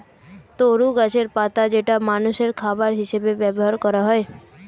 তরু গাছের পাতা যেটা মানুষের খাবার হিসেবে ব্যবহার করা হয়